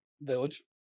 Village